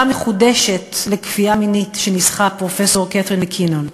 מחודשת לכפייה מינית שניסחה פרופסור קתרין מקינון.